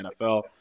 NFL